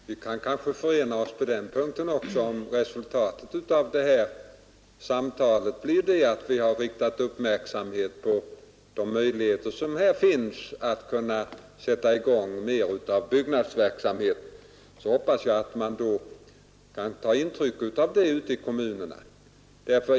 Fru talman! Herr Torwald och jag kanske kan förena oss på den punkten också. Om resultatet av det här samtalet blir det att vi har riktat uppmärksamhet på de möjligheter som här finns att sätta i gång mer av byggnadsverksamhet så hoppas jag att man skall ta intryck av det ute i kommunerna.